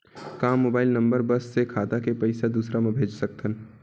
का mobile number बस से खाता से पईसा दूसरा मा भेज सकथन?